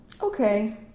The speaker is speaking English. Okay